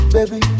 Baby